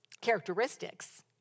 characteristics